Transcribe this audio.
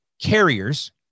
carriers